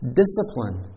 discipline